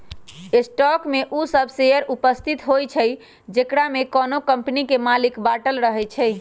stock में उ सभ शेयर उपस्थित होइ छइ जेकरामे कोनो कम्पनी के मालिक बाटल रहै छइ